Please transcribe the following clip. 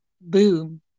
Boom